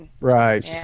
Right